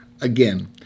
again